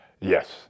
Yes